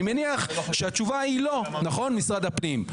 אני מניח שהתשובה היא לא, נכון, משרד הפנים?